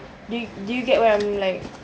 do do you get when I'm length